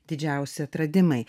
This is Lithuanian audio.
didžiausi atradimai